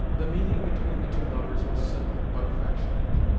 the meeting between the two lovers was simple, but affectionate.